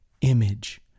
image